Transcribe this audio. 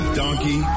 donkey